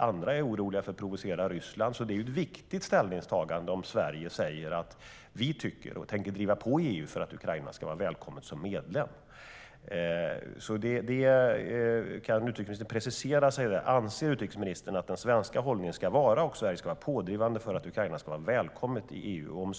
Andra är oroliga för att provocera Ryssland. Det är alltså ett viktigt ställningstagande om Sverige säger: Vi tycker så här och tänker driva på i EU för att Ukraina ska vara välkommet som medlem. Kan utrikesministern precisera sig? Anser utrikesministern att den svenska hållningen ska vara så här och att Sverige ska vara pådrivande för att Ukraina ska vara välkommet i EU?